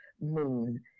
moon